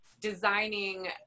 designing